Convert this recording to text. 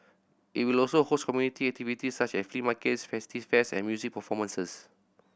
it will also host community activity such as flea markets festive fairs and music performances